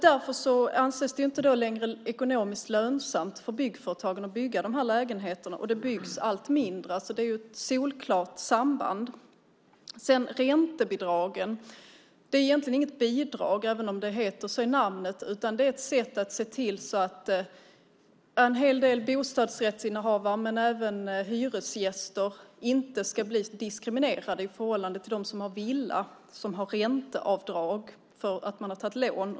Därför anses det inte längre ekonomiskt lönsamt för byggföretagen att bygga lägenheterna. Och det byggs allt mindre. Det är ett solklart samband. Räntebidragen är egentligen inte något bidrag, även om det heter så. Det är ett sätt att se till att en hel del bostadsrättsinnehavare men även hyresgäster inte ska bli diskriminerade i förhållande till dem som har villa och har ränteavdrag för villalån.